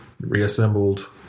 reassembled